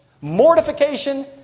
Mortification